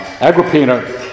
Agrippina